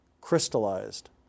crystallized